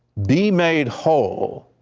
be made whole,